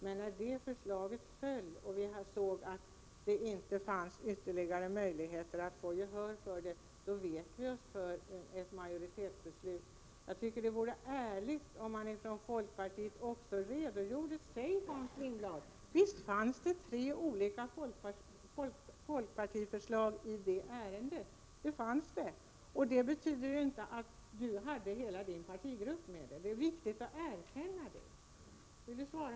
Men när det förslaget föll och vi såg att det inte fanns ytterligare möjigheter att få gehör, då vek vi oss för ett majoritetsbeslut. Det vore ärligt om man ifrån folkpartiet redovisade även detta. Och visst fanns det, Hans Lindblad, tre olika folkpartiförslag i det här ärendet. Det betyder att Hans Lindblad inte hade hela sin partigrupp med sig. Det är viktigt att erkänna detta!